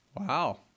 Wow